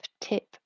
tip